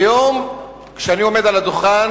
היום, כשאני עומד על הדוכן,